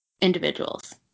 individuals